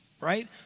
right